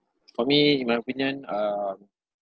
for me my opinion um